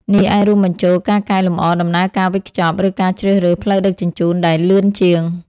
នេះអាចរួមបញ្ចូលការកែលម្អដំណើរការវេចខ្ចប់ ឬការជ្រើសរើសផ្លូវដឹកជញ្ជូនដែលលឿនជាង។